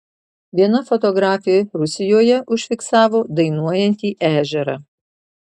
viena fotografė rusijoje užfiksavo dainuojantį ežerą